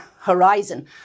horizon